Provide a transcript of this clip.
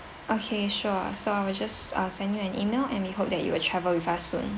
okay sure so I will just uh send you an email and we hope that you will travel with us soon